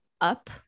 up